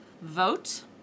Vote